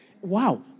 Wow